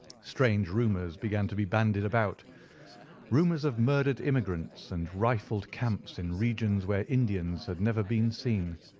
strange rumours began to be bandied about rumours of murdered immigrants and rifled camps in regions where indians had never been seen.